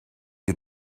you